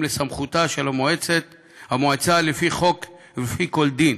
לסמכותה של המועצה לפי חוק ולפי כל דין.